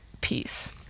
peace